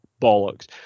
bollocks